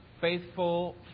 faithful